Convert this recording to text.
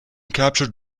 captured